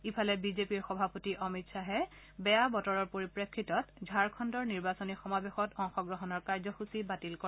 ইফালে বিজেপি সভাপতি অমিত শ্বাহে বেয়া বতৰৰ পৰিপ্ৰেক্ষিতত ঝাৰখণ্ডৰ নিৰ্বাচনী সমাৱেশত অংশগ্ৰহণৰ কাৰ্যসূচী বাতিল কৰে